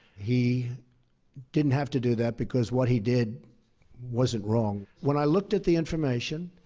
he didn't have to do that, because what he did wasn't wrong. when i looked at the information,